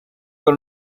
con